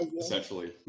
essentially